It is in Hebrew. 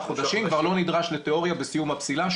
חודשים כבר לא נדרש בתיאוריה בסיום הפסילה,